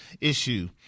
issue